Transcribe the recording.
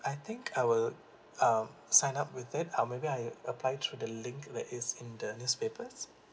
I think I will um sign up with it or maybe I'll apply through the link that is in the newspaper's